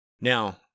Now